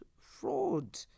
fraud